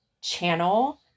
channel